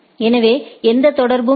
எனவே எந்த தொடர்பும் இல்லை